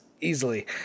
easily